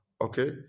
Okay